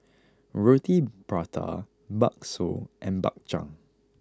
Roti Prata Bakso and Bak Chang